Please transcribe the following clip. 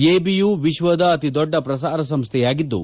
ABU ವಿಶ್ವದ ಅತಿದೊಡ್ಡ ಪ್ರಸಾರ ಸಂಸ್ವೆಯಾಗಿದ್ದು